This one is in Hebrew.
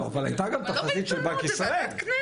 אבל הייתה גם תחזית של בנק ישראל.